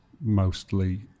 mostly